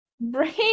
Brain